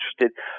interested